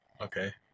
Okay